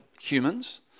humans